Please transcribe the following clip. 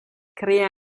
crea